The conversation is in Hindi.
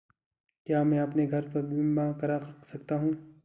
क्या मैं अपने घर का बीमा करा सकता हूँ?